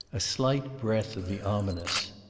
a slight breath of the ominous.